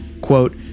Quote